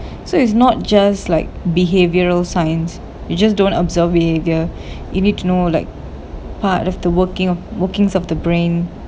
so it's not just like behavioural science you just don't observe behaviour you need to know like part of the working workings of the brain